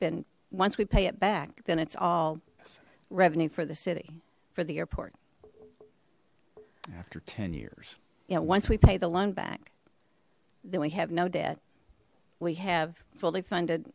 been once we pay it back then it's all revenue for the city for the airport after ten years you know once we pay the loan back then we have no debt we have fully funded